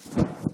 דודי,